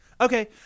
Okay